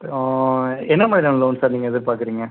என்ன மாதிரியான loan sir நீங்கள் எதிர்பார்க்குறீங்க